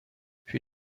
für